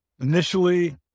initially